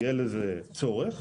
יהיה לזה צורך,